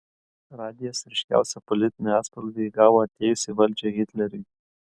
radijas ryškiausią politinį atspalvį įgavo atėjus į valdžią hitleriui